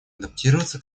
адаптироваться